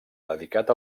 dedicat